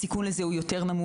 הסיכון יותר נמוך,